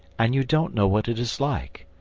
and you don't know what it is like.